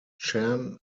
chan